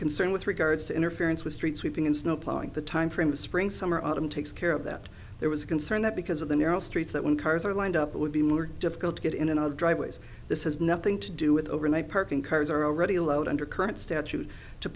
concern with regards to interference with street sweeping and snow plowing the time from the spring summer autumn takes care of that there was a concern that because of the narrow streets that when cars were lined up it would be more difficult to get in and out of driveways this has nothing to do with overnight parking cars are already load under current statute to